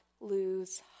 lose